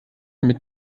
mit